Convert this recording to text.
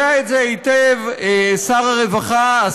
יודע את זה היטב שר הרווחה,